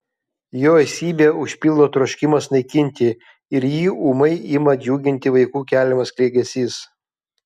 jo esybę užpildo troškimas naikinti ir jį ūmai ima džiuginti vaikų keliamas klegesys